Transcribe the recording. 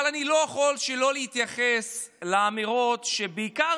אבל אני לא יכול שלא להתייחס לאמירות שבעיקר